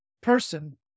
person